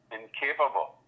incapable